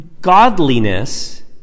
godliness